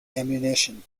ammunition